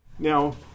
Now